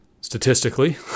statistically